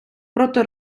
проти